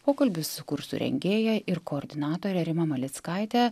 pokalbis su kursų rengėja ir koordinatore rima malickaite